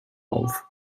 auf